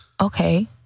Okay